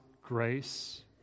grace